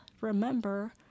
remember